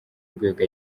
urwego